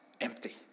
empty